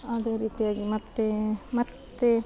ಅದೇ ರೀತಿಯಾಗಿ ಮತ್ತೆ ಮತ್ತೆ